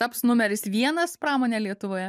taps numeris vienas pramone lietuvoje